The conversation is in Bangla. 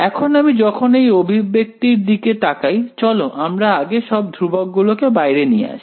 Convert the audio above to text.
এখন আমি যখন এই অভিব্যক্তির দিকে তাকাই চলো আমরা আগে সব ধ্রুবক গুলোকে বাইরে নিয়ে আসি